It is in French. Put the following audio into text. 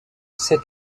cet